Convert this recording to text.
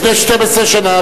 לפני 12 שנה,